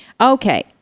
okay